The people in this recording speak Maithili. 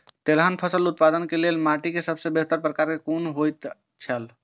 तेलहन फसल उत्पादन के लेल माटी के सबसे बेहतर प्रकार कुन होएत छल?